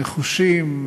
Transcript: נחושים,